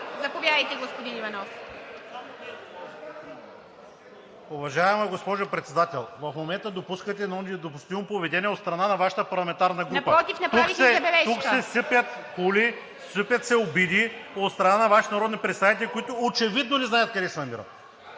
Заповядайте, господин Иванов.